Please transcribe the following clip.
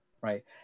right